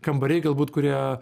kambariai galbūt kurie